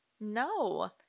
no